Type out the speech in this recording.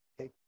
Okay